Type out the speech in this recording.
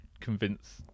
convince